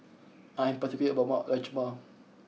I am particular about my Rajma